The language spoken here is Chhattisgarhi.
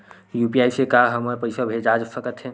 यू.पी.आई से का हमर पईसा भेजा सकत हे?